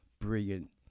brilliant